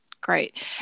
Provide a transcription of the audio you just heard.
Great